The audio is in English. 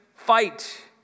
fight